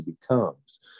becomes